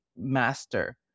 master